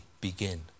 begin